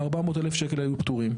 הכסף הזה פטור.